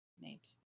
names